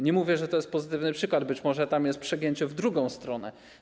Nie mówię, że to jest pozytywny przykład, być może tam jest przegięcie w drugą stronę.